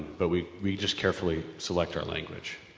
but we, we just carefully select our language,